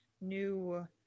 new